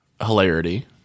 hilarity